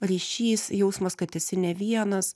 ryšys jausmas kad esi ne vienas